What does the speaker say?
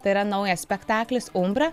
tai yra naujas spektaklis umbra